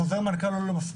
חוזר מנכ"ל הוא לא מספיק.